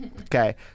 okay